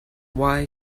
why